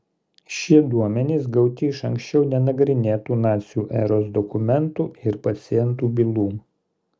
šie duomenys gauti iš anksčiau nenagrinėtų nacių eros dokumentų ir pacientų bylų